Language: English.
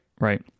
right